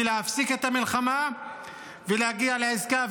היא להפסיק את המלחמה ולהגיע לעסקה.